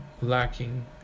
lacking